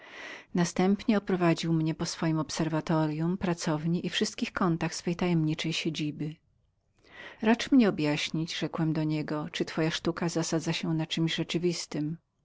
następnie oprowadził mnie po swojem obserwatoryum pracowni i wszystkich kątach swego tajemniczego mieszkania racz mi objaśnić rzekł do niego czyli twoja sztuka zasadza się na czemś rzeczywistem